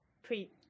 Pre